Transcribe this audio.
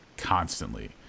constantly